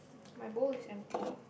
my bowl is empty